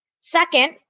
Second